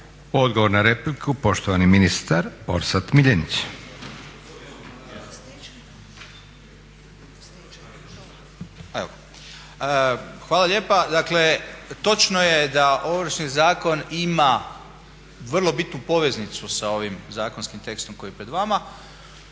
Odgovor na repliku poštovani ministar Orsat Miljenić. **Miljenić, Orsat** Hvala lijepa. Dakle točno je da Ovršni zakon ima vrlo bitnu poveznicu sa ovim zakonskim tekstom koji je pred vama.